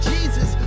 Jesus